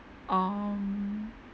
um